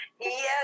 yes